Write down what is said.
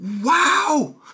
Wow